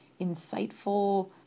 insightful